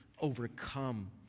overcome